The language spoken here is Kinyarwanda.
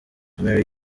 marry